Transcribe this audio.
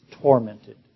tormented